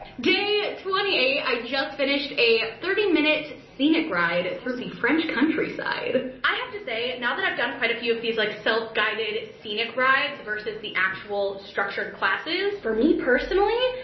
day twenty eight. i just finished a thirty minute scenic ride through the french countryside. i have to say, now that i've done quite a few of these, like self-guided scenic rides versus the actual structured classes, for me personally,